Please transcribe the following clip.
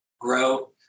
grow